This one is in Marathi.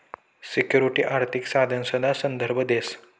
सिक्युरिटी आर्थिक साधनसना संदर्भ देस